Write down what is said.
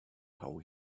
how